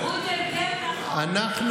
תודה.